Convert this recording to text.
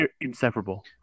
inseparable